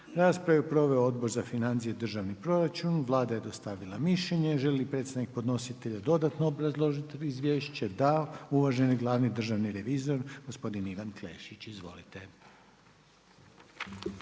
Raspravu je proveo Odbor za financije i državni proračun. Vlada je dostavila mišljenje. Želi li predstavnik podnositelja dodatno obrazložiti izvješće? Da. Uvaženi glavni državni revizor gospodin Ivan Klešić.